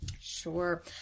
Sure